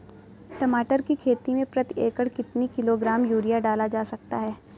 टमाटर की खेती में प्रति एकड़ कितनी किलो ग्राम यूरिया डाला जा सकता है?